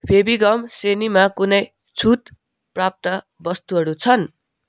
फेभिगम श्रेणीमा कुनै छुटप्राप्त वस्तुहरू छन्